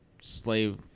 slave